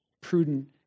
prudent